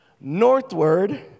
northward